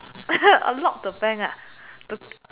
rob the bank ah the